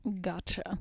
Gotcha